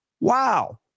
wow